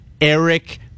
Eric